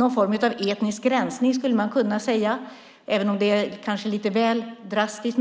är någon form av etnisk rensning, skulle man kunna säga, även om det kanske är lite väl drastiskt.